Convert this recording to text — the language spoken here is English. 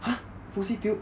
!huh! fouseytube